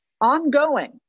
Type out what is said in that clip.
ongoing